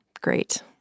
great